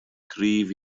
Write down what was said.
gryf